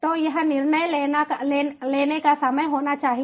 तो यह निर्णय लेने का समय होना चाहिए